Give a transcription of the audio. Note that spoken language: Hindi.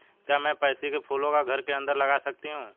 क्या मैं पैंसी कै फूलों को घर के अंदर लगा सकती हूं?